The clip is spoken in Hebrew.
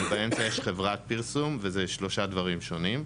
ובאמצע יש חברת פרסום וזה שלושה דברים שונים.